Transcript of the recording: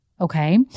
Okay